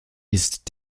ist